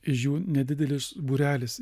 jų nedidelis būrelis